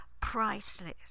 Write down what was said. priceless